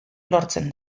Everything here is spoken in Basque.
lortzen